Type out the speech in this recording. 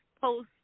post